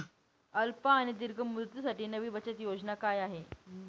अल्प आणि दीर्घ मुदतीसाठी नवी बचत योजना काय आहे?